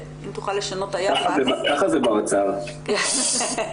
היינו כאן כולנו בדיונים הקודמים, שמענו גם אתכם,